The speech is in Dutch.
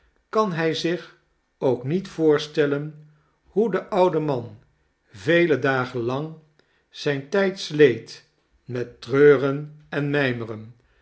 kan hij zich ook niet voorstellen hoe de oude man vele dagen lang zijn tijd sleet met treuren en mijmeren